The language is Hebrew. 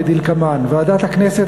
כדלקמן: ועדת הכנסת,